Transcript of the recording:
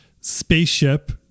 spaceship